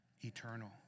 eternal